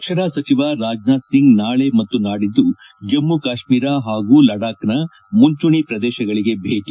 ರಕ್ಷಣಾ ಸಚಿವ ರಾಜನಾಥ್ ಸಿಂಗ್ ನಾಳೆ ಮತ್ತು ನಾಡಿದ್ದು ಜಮ್ಲು ಕಾಶ್ವೀರ ಹಾಗೂ ಲಡಾಖ್ನ ಮುಂಚೂಣಿ ಪ್ರದೇಶಗಳಿಗೆ ಭೇಟಿ